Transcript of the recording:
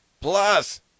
Plus